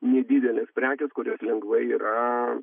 nedidelės prekės kurios lengvai yra